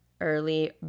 early